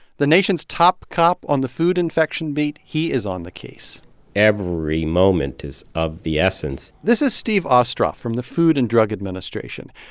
the nation's top cop on the food infection beat he is on the case every moment is of the essence this is steve ostroff from the food and drug administration.